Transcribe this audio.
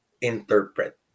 interpret